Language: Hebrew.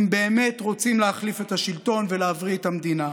אם באמת רוצים להחליף את השלטון ולהבריא את המדינה.